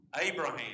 Abraham